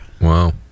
Wow